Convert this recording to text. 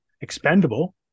expendable